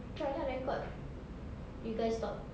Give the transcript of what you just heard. try lah record you guys talk